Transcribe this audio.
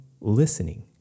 listening